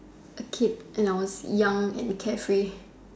A kid and I was young and carefree